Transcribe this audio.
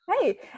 Hey